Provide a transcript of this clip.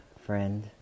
friend